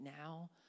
now